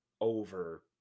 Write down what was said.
over